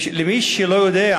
למי שלא יודע,